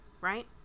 right